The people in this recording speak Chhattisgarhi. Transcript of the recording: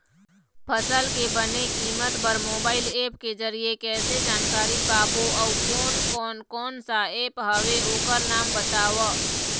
फसल के बने कीमत बर मोबाइल ऐप के जरिए कैसे जानकारी पाबो अउ कोन कौन कोन सा ऐप हवे ओकर नाम बताव?